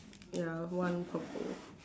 ya one purple